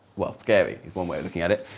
well, scary is one way of looking at it.